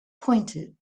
pointed